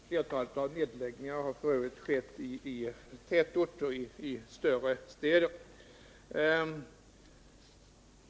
Flertalet nedläggningar har f. ö. skett i tätorter, i storstäder.